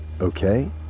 okay